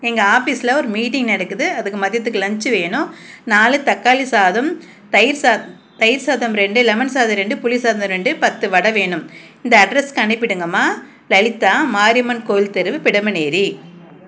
எங்கள் ஆபிஸில் ஒரு மீட்டிங் நடக்குது அதுக்கு மதியத்துக்கு லன்ச்சு வேணும் நாலு தக்காளி சாதம் தயிர் சா தயிர் சாதம் ரெண்டு லெமன் சாதம் ரெண்டு புளி சாதம் ரெண்டு பத்து வடை வேணும் இந்த அட்ரஸ்க்கு அனுப்பிவிடுங்கம்மா லலிதா மாரியம்மன் கோயில் தெரு பிடமனேரி